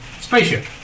spaceship